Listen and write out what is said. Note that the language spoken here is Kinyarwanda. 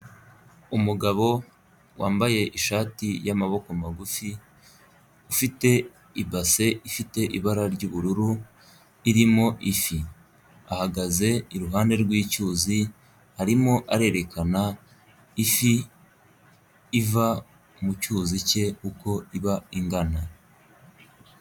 Umugabo wambaye ishati y'amaboko magufi, ufite ibase ifite ibara ry'ubururu, irimo ifi ahagaze iruhande rw'icyuzi arimo arerekana ifi iva mu cyuzi ke uko iba ingana.